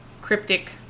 cryptic